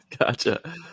Gotcha